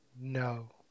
No